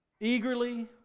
Eagerly